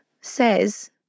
says